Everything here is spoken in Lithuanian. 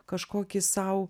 kažkokį sau